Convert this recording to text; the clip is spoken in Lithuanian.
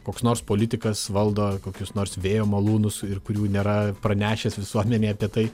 koks nors politikas valdo kokius nors vėjo malūnus ir kurių nėra pranešęs visuomenei apie tai